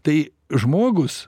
tai žmogus